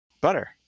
butter